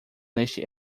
neste